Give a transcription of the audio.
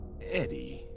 Eddie